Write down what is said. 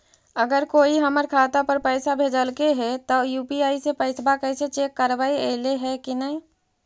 अगर कोइ हमर खाता पर पैसा भेजलके हे त यु.पी.आई से पैसबा कैसे चेक करबइ ऐले हे कि न?